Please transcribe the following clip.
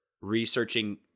researching